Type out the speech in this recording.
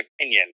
opinion